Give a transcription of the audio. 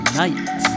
night